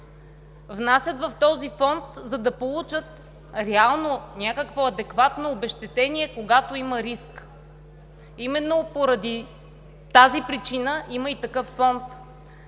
внасят в този фонд, за да получат реално някакво адекватно обезщетение, когато има риск. Именно поради тази причина има и такъв фонд.